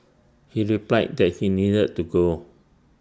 he replied that he needed to go